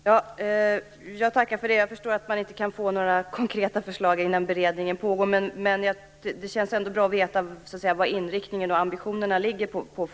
Herr talman! Jag tackar för det och förstår att man inte kan få några konkreta förslag medan utredningen pågår, men det känns ändå bra att få veta var inriktningen och ambitionerna ligger.